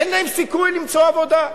אין להם סיכוי למצוא עבודה.